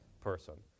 person